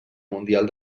mundial